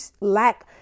lack